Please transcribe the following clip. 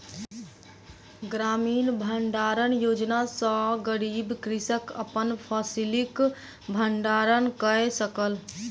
ग्रामीण भण्डारण योजना सॅ गरीब कृषक अपन फसिलक भण्डारण कय सकल